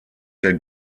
der